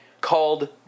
called